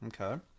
Okay